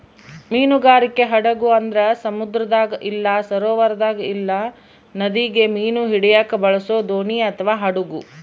ಮೀನುಗಾರಿಕೆ ಹಡಗು ಅಂದ್ರ ಸಮುದ್ರದಾಗ ಇಲ್ಲ ಸರೋವರದಾಗ ಇಲ್ಲ ನದಿಗ ಮೀನು ಹಿಡಿಯಕ ಬಳಸೊ ದೋಣಿ ಅಥವಾ ಹಡಗು